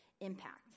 impact